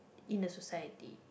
in the society